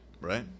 Right